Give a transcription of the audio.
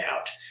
out